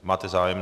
Máte zájem?